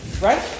Right